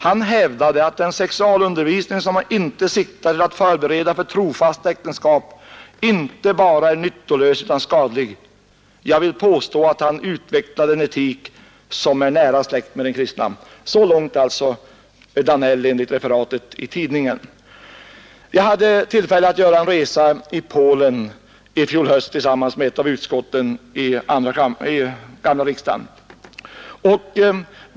Han hävdade att den sexualundervisning som inte siktar till att förbereda för trofasta äktenskap inte bara är nyttolös utan skadlig. Jag vill påstå att han utvecklade en etik som är nära släkt med den kristna.” — Så långt alltså biskop Danell enligt referat i tidningen. Jag hade tillfälle att i fjol höst tillsammans med ett av utskotten i den gamla riksdagen göra en resa i Polen.